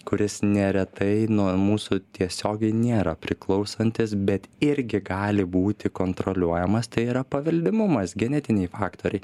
kuris neretai nuo mūsų tiesiogiai nėra priklausantis bet irgi gali būti kontroliuojamas tai yra paveldimumas genetiniai faktoriai